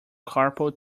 carpal